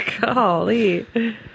Golly